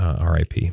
RIP